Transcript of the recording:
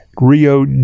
Rio